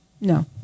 no